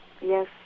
yes